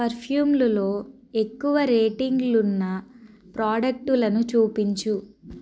పర్ఫ్యూమ్లలో ఎక్కువ రేటింగులున్న ప్రోడక్టులను చూపించు